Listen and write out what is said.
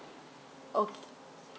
okay